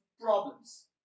problems